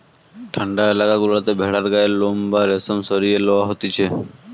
ঠান্ডা এলাকা গুলাতে ভেড়ার গায়ের লোম বা রেশম সরিয়ে লওয়া হতিছে